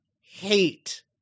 hate